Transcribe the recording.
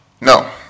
no